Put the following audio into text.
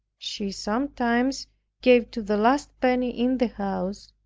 she sometimes gave to the last penny in the house,